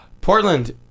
Portland